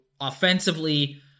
offensively